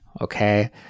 Okay